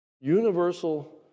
universal